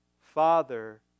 Father